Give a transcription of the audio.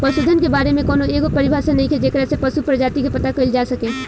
पशुधन के बारे में कौनो एगो परिभाषा नइखे जेकरा से पशु प्रजाति के पता कईल जा सके